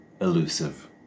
elusive